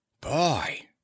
Boy